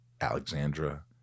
Alexandra